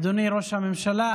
אדוני ראש הממשלה,